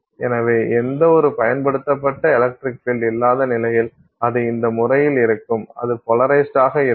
எனவே எந்தவொரு பயன்படுத்தப்பட்ட எலக்ட்ரிக் பீல்டு இல்லாத நிலையில் அது இந்த முறையில் இருக்கும் அது போலரைஸ்டு ஆக இருக்கும்